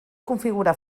configurar